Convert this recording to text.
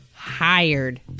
Hired